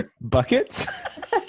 Buckets